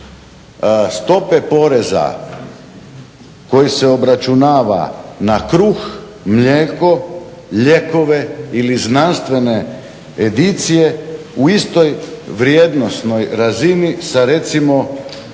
stope poreza koji se obračunava na kruh, mlijeko, lijekove ili znanstvene edicije u istoj vrijednosnoj razini sa recimo